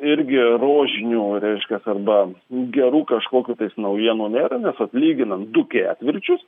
irgi rožinių reiškias arba gerų kažkokių tais naujienų nėra nes vat lyginant du ketvirčius